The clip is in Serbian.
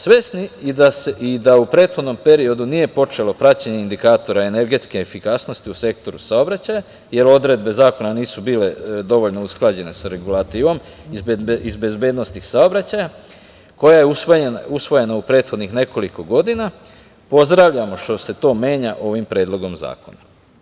Svesni i da u prethodnom periodu nije počelo praćenje indikatora energetske efikasnosti u sektoru saobraćaja, jer odredbe Zakona nisu bile dovoljno usklađene sa regulativom, iz bezbednosti saobraćaja, koja je usvojena u prethodnih nekoliko godina, pozdravljamo što se to menja ovim predlogom zakona.